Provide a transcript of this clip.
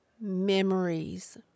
memories